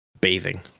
bathing